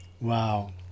Wow